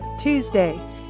tuesday